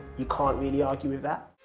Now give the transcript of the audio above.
you can't really argue with that.